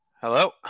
Hello